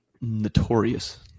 notorious